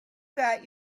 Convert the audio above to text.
got